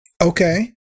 Okay